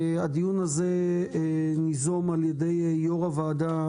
הדיון הזה ניזום על ידי יושב-ראש הוועדה,